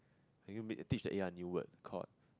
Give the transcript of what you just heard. can you meet teach the A_I a new word called